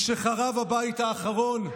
משחרב הבית האחרון,